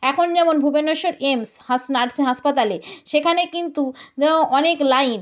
এখন যেমন Bhubaneswar AIIMS nursing হাসপাতালে সেখানে কিন্তু অনেক লাইন